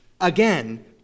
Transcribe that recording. Again